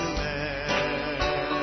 man